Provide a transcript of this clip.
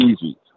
easy